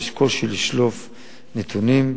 יש קושי לשלוף נתונים.